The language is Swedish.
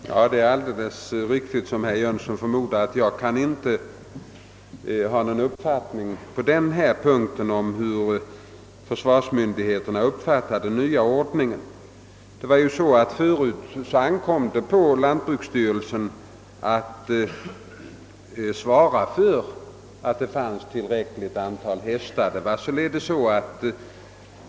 Herr talman! Såsom herr Jönsson i Ingemarsgården alldeles riktigt förmodar kan jag inte på denna punkt ha nå gon uppfattning om hur försvarsmyndigheterna uppfattar den nya ordningen. Tidigare ankom det på lantbruksstyrelsen att svara för att det fanns ett tillräckligt antal hästar.